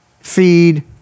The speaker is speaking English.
feed